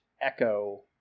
echo